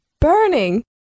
burning